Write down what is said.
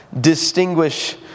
Distinguish